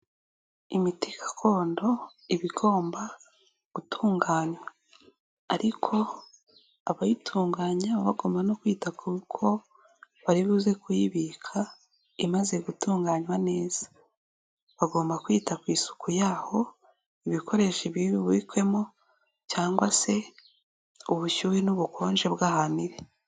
Imiti gakondo iba igomba gutunganywa. Ariko abayitunganya baba bagomba no kwita k'uko baribuze kuyibika, imaze gutunganywa neza, bagomba kwita ku isuku yaho, ibikoresho iba iribukwemo, cyangwa se ubushyuhe n'ubukonje bw'ahantu iri.